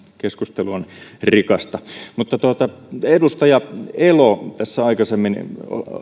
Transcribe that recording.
keskustelu on rikasta edustaja elo tässä aikaisemmin